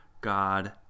God